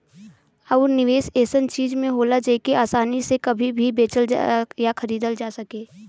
आउर निवेस ऐसन चीज में होला जेके आसानी से कभी भी बेचल या खरीदल जा सके